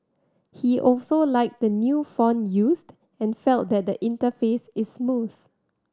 he also liked the new font used and felt that the interface is smooth